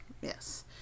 Yes